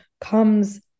comes